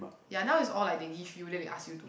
ya now is all like they give you then they ask you to